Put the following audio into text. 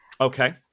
Okay